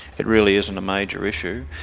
it really isn't a major issue.